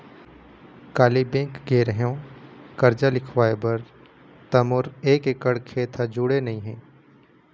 काली bank गे रेहेव करजा लिखवाय बर त मोर एक एकड़ खेत ह जुड़े नइ हे